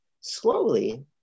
slowly